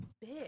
big